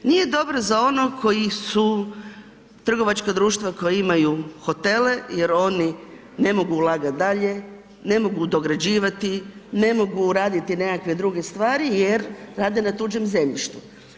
Nije dobra za ono koji su trgovačka društva koji imaju hotele jer oni ne mogu ulagati dalje, ne mogu dograđivati, ne mogu raditi nekakve druge stvari jer rade na tuđem zemljištu.